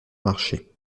marché